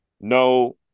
no